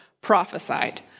prophesied